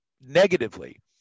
negatively